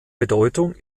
bedeutung